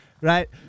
Right